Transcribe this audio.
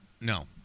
No